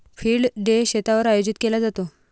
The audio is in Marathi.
फील्ड डे शेतावर आयोजित केला जातो